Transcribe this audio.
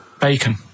bacon